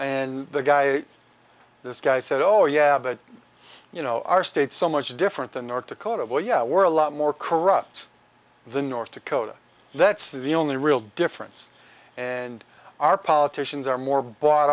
and the guy this guy said oh yeah but you know our state so much different than north dakota well yeah we're a lot more corrupt than north dakota that's the only real difference and our politicians are more bought